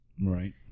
Right